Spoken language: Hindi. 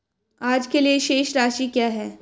आज के लिए शेष राशि क्या है?